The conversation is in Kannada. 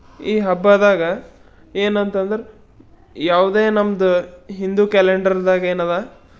ಈ ಹಬ್ಬದಾಗ ಏನಂತಂದರೆ ಯಾವುದೇ ನಮ್ದು ಹಿಂದೂ ಕ್ಯಾಲೆಂಡರ್ದಾಗೇನದ